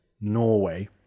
Norway